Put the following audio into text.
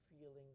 feeling